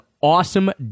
Awesome